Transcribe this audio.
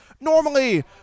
normally